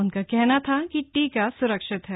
उनका कहना था कि टीका सुरक्षित है